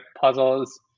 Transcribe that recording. puzzles